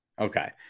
Okay